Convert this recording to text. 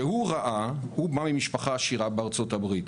הוא בא ממשפחה עשירה בארצות הברית.